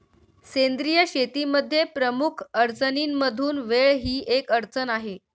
सेंद्रिय शेतीमध्ये प्रमुख अडचणींमधून वेळ ही एक अडचण आहे